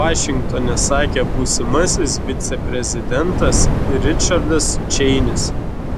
vašingtone sakė būsimasis viceprezidentas ričardas čeinis